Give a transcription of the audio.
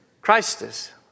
Christus